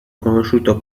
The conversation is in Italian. conosciuto